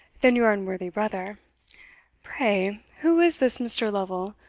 than your unworthy brother pray, who is this mr. lovel,